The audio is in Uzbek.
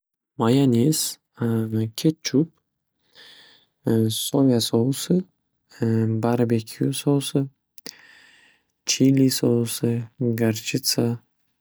Mayanez, ketchup, soya sousi barbekyu sousi, chili sousi, garchitsa.